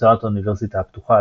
הוצאת האוניברסיטה הפתוחה,